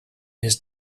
his